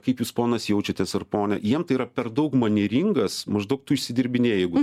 kaip jūs ponas jaučiatės ar ponia jiems tai yra per daug manieringas maždaug tu išsidirbinėji jeigu